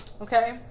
Okay